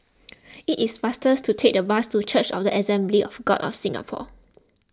it is faster to take the bus to Church of the Assemblies of God of Singapore